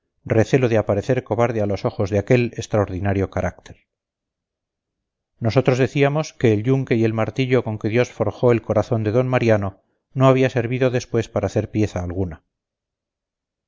recelo de aparecer cobarde a los ojos de aquel extraordinario carácter nosotros decíamos que el yunque y el martillo con que dios forjó el corazón de d mariano no había servido después para hacer pieza alguna